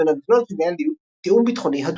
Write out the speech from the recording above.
בין המדינות מתנהל תיאום ביטחוני הדוק.